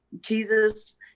Jesus